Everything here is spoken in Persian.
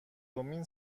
امین